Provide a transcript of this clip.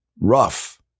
rough